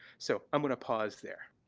so i'm gonna pause there.